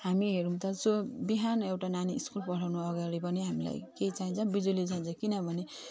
हामी हेरौँ त जो बिहानै एउटा नानी स्कुल पठाउनु अगाडि पनि हामीलाई के चाहिन्छ बिजुली चाहिन्छ किनभने